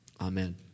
Amen